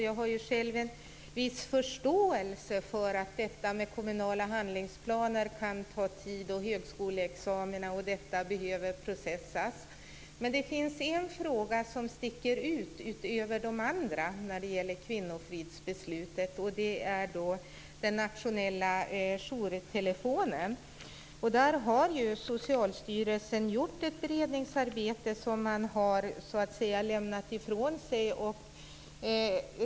Jag har själv en viss förståelse för att detta med kommunala handlingsplaner kan ta tid. Högskoleexamina osv. behöver processas. Men det finns en fråga som sticker ut utöver de andra när det gäller kvinnofridsbeslutet. Det gäller den nationella jourtelefonen. Där har Socialstyrelsen gjort ett beredningsarbete som man har lämnat ifrån sig.